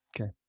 Okay